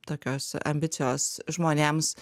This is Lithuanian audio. tokios ambicijos žmonėms